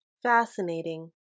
Fascinating